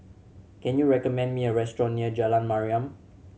can you recommend me a restaurant near Jalan Mariam